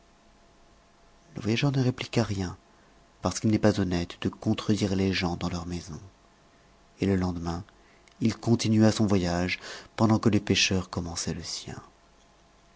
voyageur ne répliqua rien parce qu'il n'est pas honnête de contredire les gens dans leur maison et le lendemain il continua son voyage pendant que le pêcheur commençait le sien